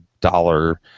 dollar